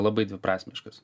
labai dviprasmiškas